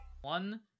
One